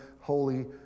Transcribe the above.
Holy